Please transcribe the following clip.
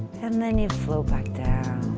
and then you float back down.